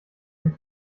dem